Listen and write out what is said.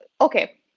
Okay